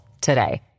today